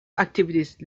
activities